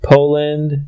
Poland